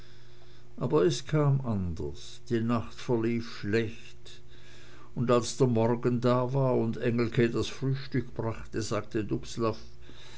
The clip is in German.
aber es kam anders die nacht verlief schlecht und als der morgen da war und engelke das frühstück brachte sagte